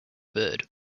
bird